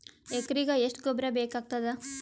ಎಕರೆಗ ಎಷ್ಟು ಗೊಬ್ಬರ ಬೇಕಾಗತಾದ?